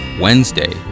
Wednesday